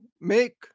make